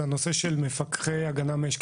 זה הנושא של מפקחי הגנה מאש.